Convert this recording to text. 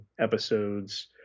episodes